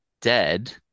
dead